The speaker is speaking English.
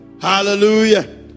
Hallelujah